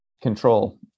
control